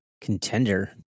contender